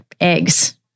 eggs